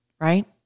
Right